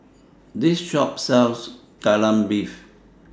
This Shop sells Kai Lan Beef